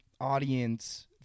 audience